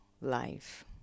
life